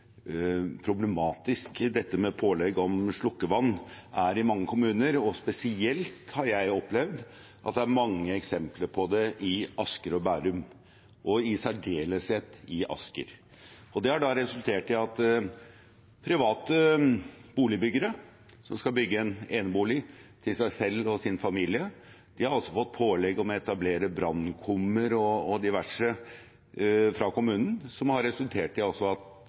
problematisk dette med pålegg om slukkevann er i mange kommuner. Spesielt har jeg opplevd at det er mange eksempler på det i Asker og Bærum, og i særdeleshet i Asker. Det har resultert i at private boligbyggere som skal bygge en enebolig til seg selv og sin familie, har fått pålegg om å etablere brannkummer og diverse fra kommunen, som har resultert i at